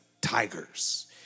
tigers